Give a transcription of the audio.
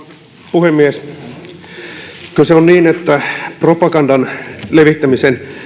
puhemies kyllä se on niin että propagandan levittämisen